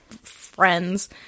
friends